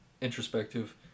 introspective